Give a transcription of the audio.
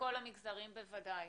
בכול המגזרים, בוודאי.